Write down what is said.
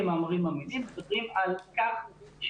אני ממש לא מדבר על לסגור את בתי הספר.